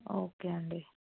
okay అండి